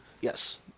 Yes